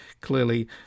clearly